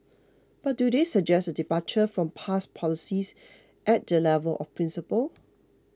but do they suggest a departure from past policies at the level of principle